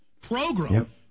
program